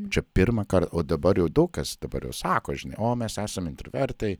čia pirmąkart o dabar jau daug kas dabar jau sako žinai o mes esam intravertai